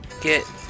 get